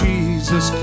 Jesus